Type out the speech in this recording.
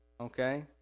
Okay